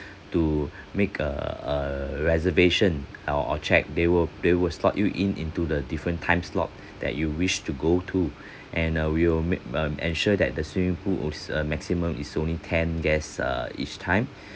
to make a a reservation or or check they were they were slot you in into the different time slot that you wish to go to and uh we will make um ensure that the swimming pool is uh maximum is only ten guests err each time